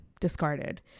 discarded